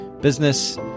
business